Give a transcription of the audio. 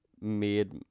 made